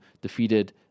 defeated